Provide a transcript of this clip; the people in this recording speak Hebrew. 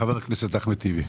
חבר הכנסת אחמד טיבי.